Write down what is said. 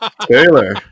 Taylor